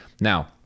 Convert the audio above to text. Now